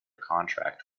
contract